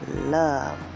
love